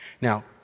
now